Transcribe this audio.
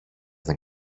δεν